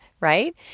right